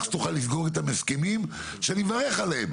שתוכל לסגור איתם הסכמים שאני מברך עליהם.